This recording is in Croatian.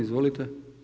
Izvolite.